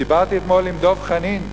דיברתי אתמול עם דב חנין,